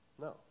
No